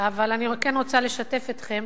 אבל אני כן רוצה לשתף אתכם,